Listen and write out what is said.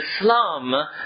Islam